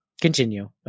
continue